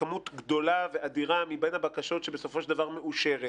כמות גדולה ואדירה מבין הבקשות שבסופו של דבר מאושרת,